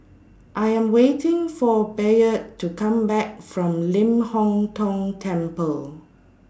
I Am waiting For Bayard to Come Back from Ling Hong Tong Temple